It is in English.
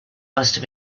must